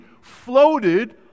floated